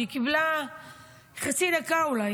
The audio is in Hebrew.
שהיא קיבלה חצי דקה אולי.